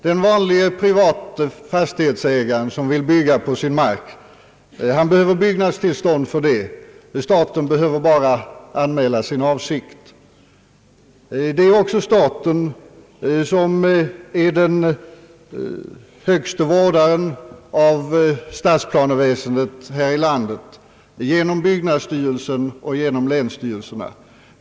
Den vanlige, private fastighetsägaren som vill bygga på sin mark behöver byggnadstillstånd. Staten behöver bara anmäla sin avsikt. Det är också staten som är den högste vårdaren av stadsplaneväsendet här i landet genom byggnadsstyrelsen och länsstyrelserna.